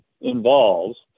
involves